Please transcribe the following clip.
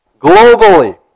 Globally